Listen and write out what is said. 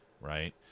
right